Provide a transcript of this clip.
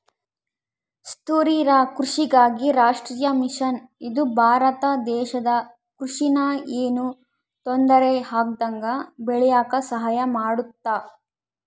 ಸುಸ್ಥಿರ ಕೃಷಿಗಾಗಿ ರಾಷ್ಟ್ರೀಯ ಮಿಷನ್ ಇದು ಭಾರತ ದೇಶದ ಕೃಷಿ ನ ಯೆನು ತೊಂದರೆ ಆಗ್ದಂಗ ಬೇಳಿಯಾಕ ಸಹಾಯ ಮಾಡುತ್ತ